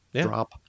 drop